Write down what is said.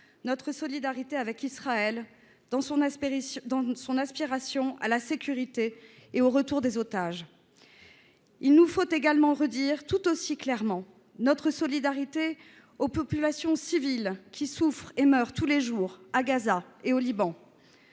notre solidarité avec Israël dans son aspiration à la sécurité et au retour des otages. Il nous faut également redire tout aussi clairement notre solidarité aux populations civiles qui souffrent et meurent tous les jours à Gaza ou au Liban.